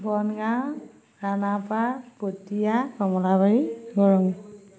Bongaon Khanapara Patia Kamalabari Garong